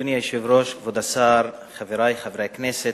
אדוני היושב-ראש, כבוד השר, חברי חברי הכנסת,